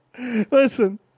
listen